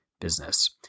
business